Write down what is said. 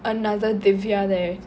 another divya there